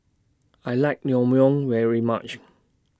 I like Naengmyeon very much